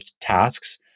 tasks